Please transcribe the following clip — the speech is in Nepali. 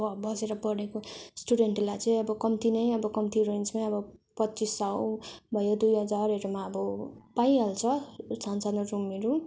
बसेर पढेको स्टुडेन्टहरूलाई चाहिँ अब कम्ती नै अब कम्ती रेन्जमै अब पच्चिस सय भयो दुई हजारहरूमा अब पाइहाल्छ सान्सानो रुमहरू